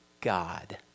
God